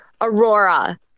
Aurora